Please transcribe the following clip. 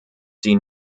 sie